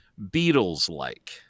Beatles-like